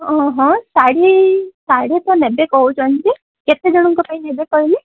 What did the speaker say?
ହଁ ହଁ ଶାଢ଼ୀ ଶାଢ଼ୀ ତ ନେବେ କହୁଛନ୍ତି କେତେଜଣଙ୍କ ପାଇଁ ନେବେ କହିଲେ